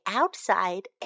outside